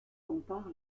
compare